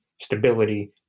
stability